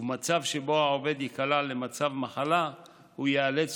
ובמצב שבו העובד ייקלע למצב מחלה הוא ייאלץ